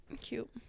Cute